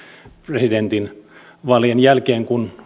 presidentinvaalien jälkeen kun